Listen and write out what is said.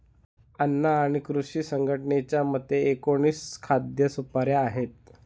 अन्न आणि कृषी संघटनेच्या मते, एकोणीस खाद्य सुपाऱ्या आहेत